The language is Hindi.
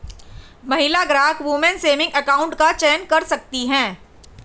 महिला ग्राहक वुमन सेविंग अकाउंट का चयन कर सकती है